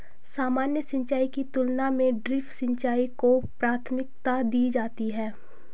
सामान्य सिंचाई की तुलना में ड्रिप सिंचाई को प्राथमिकता दी जाती है